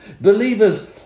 Believers